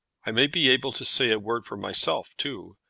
i may be able to say a word for myself too.